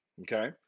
okay